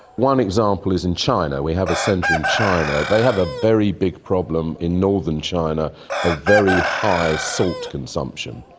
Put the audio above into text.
one example is in china. we have a centre in china. they have a very big problem in northern china of very high salt consumption.